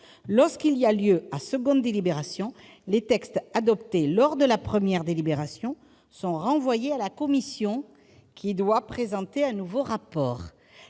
lorsqu'il y a lieu à seconde délibération, les textes adoptés lors de la première délibération sont renvoyés à la commission, qui doit présenter un nouveau rapport